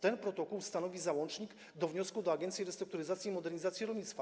Ten protokół stanowi załącznik do wniosku do Agencji Restrukturyzacji i Modernizacji Rolnictwa.